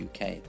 uk